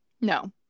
No